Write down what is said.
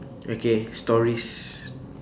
okay stories